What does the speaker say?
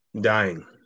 dying